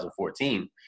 2014